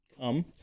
come